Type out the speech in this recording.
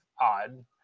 odd